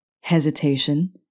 hesitation